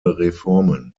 reformen